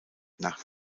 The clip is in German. nach